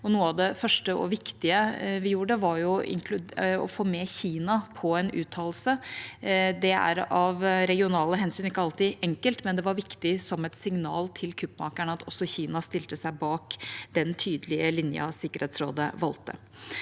det første og viktige vi gjorde, var å få med Kina på en uttalelse. Det er av regionale hensyn ikke alltid enkelt, men det var viktig som et signal til kuppmakerne at også Kina stilte seg bak den tydelige linja Sikkerhetsrådet valgte.